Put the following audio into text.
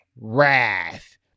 wrath